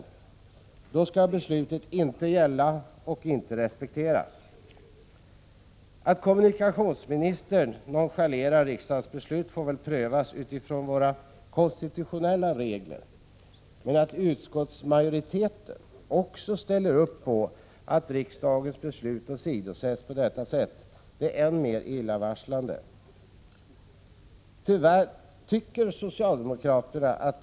Men då skall beslutet inte gälla och inte respekteras. Att kommunikationsministern nonchalerar riksdagens beslut är illa och får väl prövas i enlighet med våra konstitutionella regler, men det är också illavarslande att även utskottsmajoriteten ställer sig bakom att riksdagens beslut åsidosätts på detta sätt. Tycker socialdemokraterna att detta är ett bra agerande? Jag skulle vilja Prot.